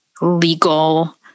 legal